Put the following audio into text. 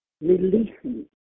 releasing